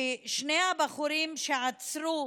שני הבחורים שעצרו